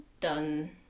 done